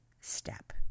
step